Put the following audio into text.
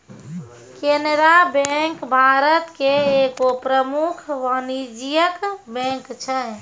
Canara bank Bharat के एगो प्रमुख वाणिज्यिक बैंक छै